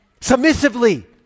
Submissively